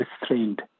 restrained